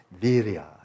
virya